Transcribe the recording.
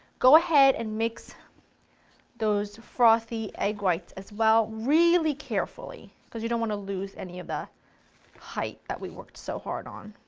go ahead and mix those frothy egg whites as well, really carefully because you don't want to lose any of the height that we worked so hard on.